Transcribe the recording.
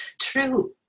true